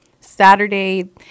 Saturday